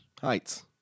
Heights